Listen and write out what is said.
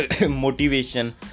motivation